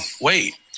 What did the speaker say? wait